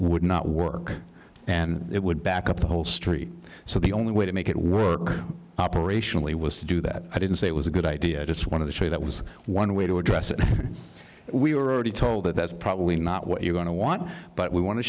would not work and it would back up the whole street so the only way to make it work operationally was to do that i didn't say it was a good idea i just wanted to show that was one way to address it we were already told that that's probably not what you want to want but we want to